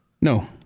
No